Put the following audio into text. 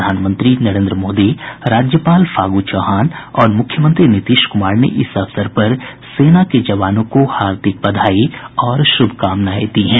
प्रधानमंत्री नरेन्द्र मोदी राज्यपाल फागू चौहान और मुख्यमंत्री नीतीश कुमार ने इस अवसर पर सेना के जवानों को हार्दिक बधाई और शुभकामनाएं दी है